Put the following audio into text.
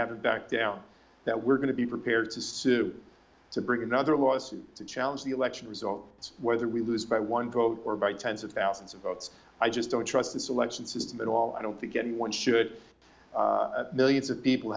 haven't backed down that we're going to be prepared to sue to bring another lawsuit to challenge the election result whether we lose by one vote or by tens of thousands of votes i just don't trust the selection system at all i don't think anyone should millions of people